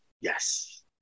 Yes